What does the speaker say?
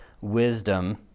wisdom